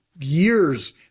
years